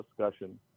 discussion